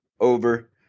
over